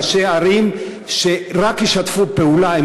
וראשי ערים שרק ישתפו פעולה.